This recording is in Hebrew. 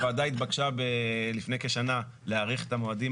הוועדה התבקשה לפני כשנה להאריך את המועדים